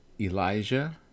Elijah